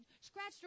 scratched